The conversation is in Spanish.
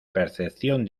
percepción